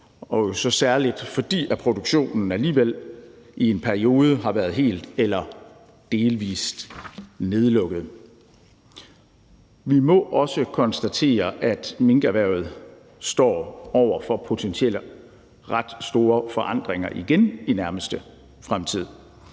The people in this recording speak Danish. og så særlig fordi produktionen alligevel i en periode har været helt eller delvis nedlukket. Vi må også konstatere, at minkerhvervet står over for potentielt ret store forandringer igen i den nærmeste fremtid.